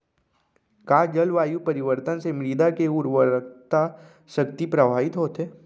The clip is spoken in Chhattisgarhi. का जलवायु परिवर्तन से मृदा के उर्वरकता शक्ति प्रभावित होथे?